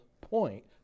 point